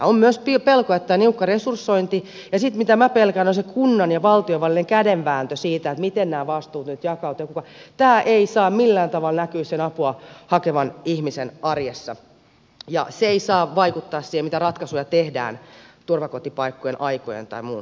on myös pelko että tämä niukka resursointi ja sitten se mitä minä pelkään eli kunnan ja valtion välinen kädenvääntö siitä miten nämä vastuut nyt jakautuvat eivät saa millään tavalla näkyä sen apua hakevan ihmisen arjessa ja vaikuttaa siihen mitä ratkaisuja tehdään turvakotipaikkojen aikojen tai muun suhteen